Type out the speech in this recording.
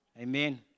Amen